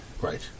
right